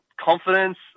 confidence